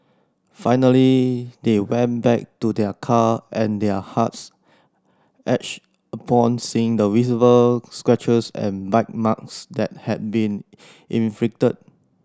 finally they went back to their car and their hearts ached upon seeing the visible scratches and bite marks that had been inflicted